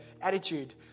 attitude